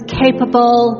capable